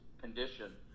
condition